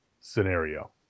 scenario